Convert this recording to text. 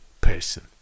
person